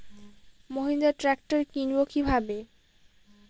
Mahindra tractor কিনবো কি ভাবে?